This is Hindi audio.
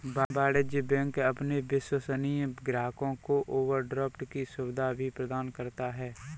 वाणिज्य बैंक अपने विश्वसनीय ग्राहकों को ओवरड्राफ्ट की सुविधा भी प्रदान करता है